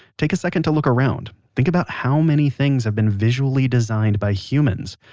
take a second to look around. think about how many things have been visually designed by humans?